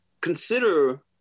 consider